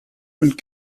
und